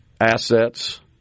assets